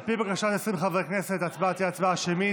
על פי בקשת 20 חברי כנסת, ההצבעה תהיה הצבעה שמית.